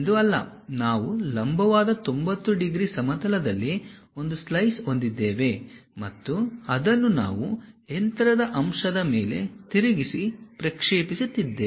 ನಾವು ಲಂಬವಾದ 90 ಡಿಗ್ರಿ ಸಮತಲದಲ್ಲಿ ಒಂದು ಸ್ಲೈಸ್ ಹೊಂದಿದ್ದೇವೆ ಮತ್ತು ಅದನ್ನು ನಾವು ಯಂತ್ರದ ಅಂಶದ ಮೇಲೆ ತಿರುಗಿಸಿ ಪ್ರಕ್ಷೇಪಿಸುತ್ತಿದ್ದೇವೆ